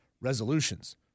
resolutions